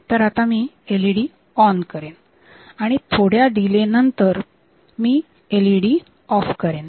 मी आता LED on करेन आणि थोड्या डिले नंतर मी एलइडी ऑफ करेन